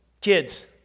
Kids